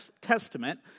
Testament